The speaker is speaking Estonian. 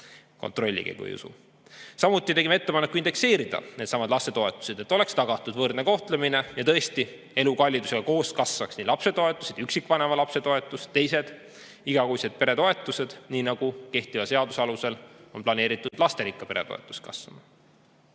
Kontrollige, kui ei usu. Samuti tegime ettepaneku indekseerida needsamad lastetoetused, et oleks tagatud võrdne kohtlemine ja tõesti koos elukallidusega kasvaks nii lapsetoetused, üksikvanema lapse toetus kui ka teised igakuised peretoetused, nii nagu kehtiva seaduse alusel on planeeritud lasterikka pere toetus kasvama.